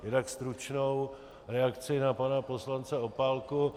Jinak stručnou reakci na pana poslance Opálku.